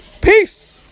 Peace